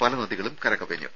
പല നദികളും കരകവിഞ്ഞു